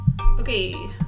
Okay